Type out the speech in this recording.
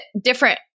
different